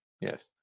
Yes